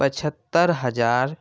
پچہتر ہزار